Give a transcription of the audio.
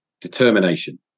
determination